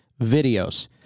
videos